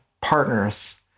partners